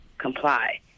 comply